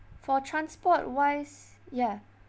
for transport wise ya